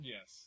Yes